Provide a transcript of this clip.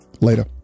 later